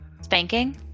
Spanking